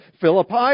Philippi